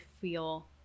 feel